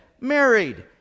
married